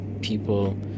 people